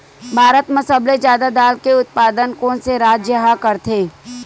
भारत मा सबले जादा दाल के उत्पादन कोन से राज्य हा करथे?